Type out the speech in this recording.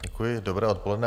Děkuji, dobré odpoledne.